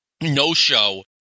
no-show